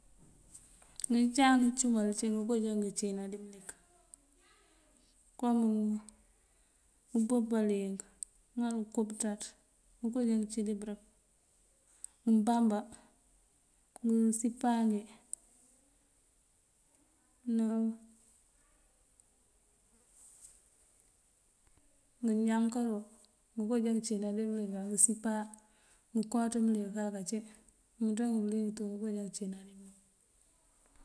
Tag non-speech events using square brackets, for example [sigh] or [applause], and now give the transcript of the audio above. [noise] ngёcáam ngёcumal ací ngokaanjo ngёcíná di mёlik [noise] kom: umpёёpaliink, ŋal ukopёţaţ ngokáajá ngёnciiná di bёrёk, mpámbá mёёsiipani, [hesitation] nángёnjákalo ngokáajá ngёciná di mёlik, na ngёsipaa ngёnko ngёmёёnţύngun bёliyёng tύ ngookáa já ngёciiná di bёrёk.